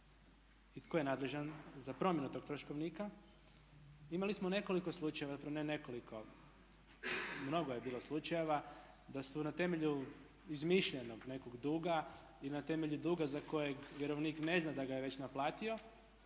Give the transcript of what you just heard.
i tko je nadležan za promjenu tog troškovnika? Imali smo nekoliko slučajeva, zapravo ne nekoliko, mnogo je bilo slučajeva da su na temelju izmišljenog nekog duga i na temelju duga za kojeg vjerovnik ne zna da ga je već naplatio,